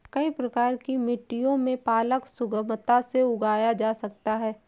कई प्रकार की मिट्टियों में पालक सुगमता से उगाया जा सकता है